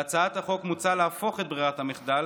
בהצעת החוק מוצע להפוך את ברירת המחדל